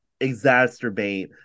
exacerbate